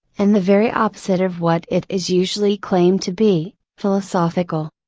and the very opposite of what it is usually claimed to be, philosophical.